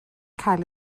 cael